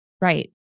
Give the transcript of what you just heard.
Right